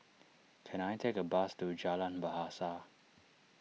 can I take a bus to Jalan Bahasa